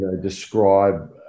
describe